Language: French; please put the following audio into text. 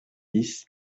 dix